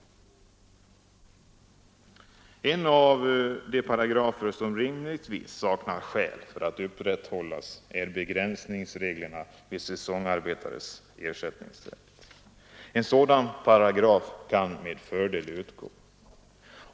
En av de paragrafer som det rimligtvis saknas skäl att upprätthålla är ersättningsreglerna för säsongarbetares ersättningsrätt. En sådan paragraf kan med fördel utgå.